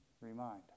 Remind